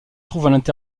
trouvent